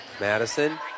Madison